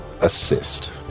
assist